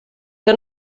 que